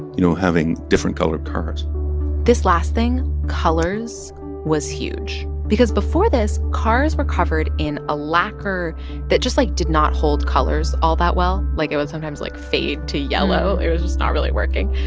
you know, having different colored cars this last thing colors was huge because before this, cars were covered in a lacquer that just, like, did not hold colors all that well. like, it would sometimes, like, fade to yellow. it was just not really working.